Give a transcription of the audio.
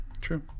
true